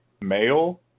male